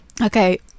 Okay